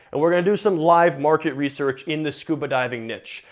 and we're gonna do some live market research in the scuba diving niche.